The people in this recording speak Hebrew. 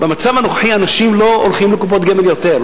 במצב הנוכחי אנשים לא הולכים לקופות גמל יותר.